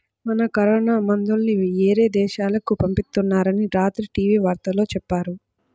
మన కరోనా మందుల్ని యేరే దేశాలకు పంపిత్తున్నారని రాత్రి టీవీ వార్తల్లో చెప్పారు